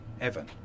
heaven